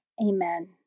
Amen